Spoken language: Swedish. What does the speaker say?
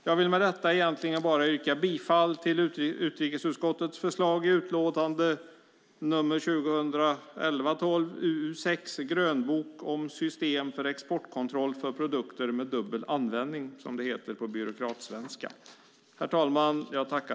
Jag vill med detta yrka bifall till utrikesutskottets förslag till beslut i utlåtande 2011/12:UU6 Grönbok om system för exportkontroll för produkter med dubbla användningsområden , som det heter på byråkratsvenska.